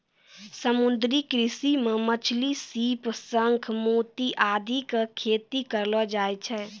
समुद्री कृषि मॅ मछली, सीप, शंख, मोती आदि के खेती करलो जाय छै